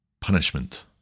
punishment